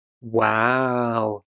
wow